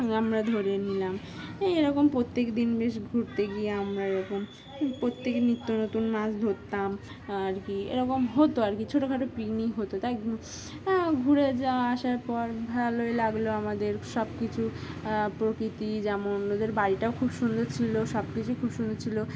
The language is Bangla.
আমরা ধরে নিলাম এরকম প্রত্যেক দিন বেশ ঘুরতে গিয়ে আমরা এরকম প্রত্যেকে নিত্য নতুন মাছ ধরতাম আর কি এরকম হতো আর কি ছোটোখাটো পিকনিক হতো তাই ঘুরে যাওয়া আসার পর ভালোই লাগলো আমাদের সব কিছু প্রকৃতি যেমন ওদের বাড়িটাও খুব সুন্দর ছিল সব কিছুই খুব সুন্দর ছিল